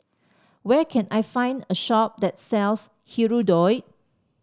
where can I find a shop that sells Hirudoid